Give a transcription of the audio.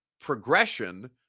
progression